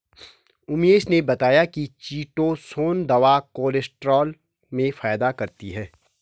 उमेश ने बताया कि चीटोसोंन दवा कोलेस्ट्रॉल में फायदा करती है